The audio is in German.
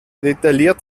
detailliert